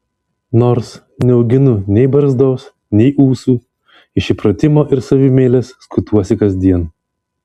nors neauginu nei barzdos nei ūsų iš įpratimo ir savimeilės skutuosi kasdien